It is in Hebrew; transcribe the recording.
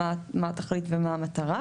מה התכלית ומה המטרה.